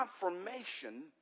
confirmation